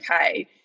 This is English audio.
okay